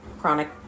chronic